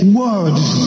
words